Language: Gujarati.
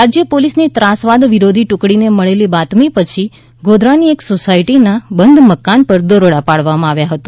રાજ્ય પોલસની ત્રાસવાદ વિરોધી ટુકડીને મળેલી બાતમી પછી ગોધરાની એક સોસાયટીના બંધ મકાન પર દરોડો પાડવામાં આવ્યો હતો